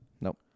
Nope